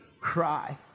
cry